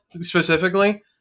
specifically